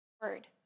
word